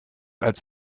als